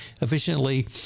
efficiently